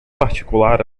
particular